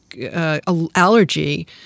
allergy